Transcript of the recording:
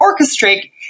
orchestrate